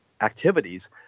activities